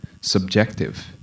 subjective